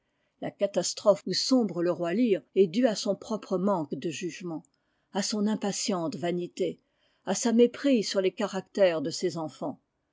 le roi lear est due àson propre manque de jugement à son impatiente vanité à sa méprise sur les caractères de ses enfants